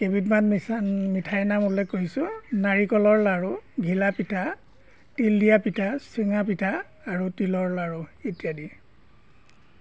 কেইবিধমান মিঠা মিঠাইৰ নাম উল্লেখ কৰিছোঁ নাৰিকলৰ লাড়ু ঘিলা পিঠা তিল দিয়া পিঠা চুঙা পিঠা আৰু তিলৰ লাড়ু ইত্যাদি